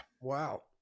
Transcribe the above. Wow